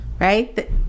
Right